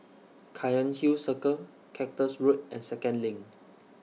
Cairnhill Circle Cactus Road and Second LINK